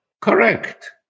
correct